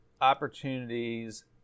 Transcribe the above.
opportunities